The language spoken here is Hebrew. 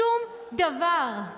שום דבר.